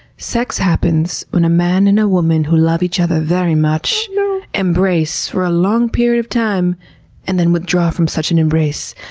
sex happens when a man and a woman who love each other very much embrace for a long period of time and then withdraw from such an embrace.